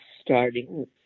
starting